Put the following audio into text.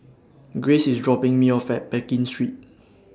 Grayce IS dropping Me off At Pekin Street